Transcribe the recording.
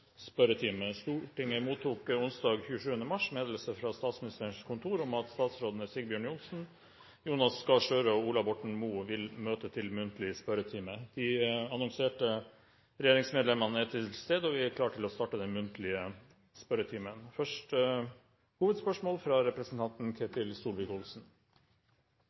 Stortinget mottok onsdag 27. mars meddelelse fra Statsministerens kontor om at statsrådene Sigbjørn Johnsen, Jonas Gahr Støre og Ola Borten Moe vil møte til muntlig spørretime. De annonserte regjeringsmedlemmene er til stede, og vi er klare til å starte den muntlige spørretimen. Vi starter med første hovedspørsmål, fra representanten Ketil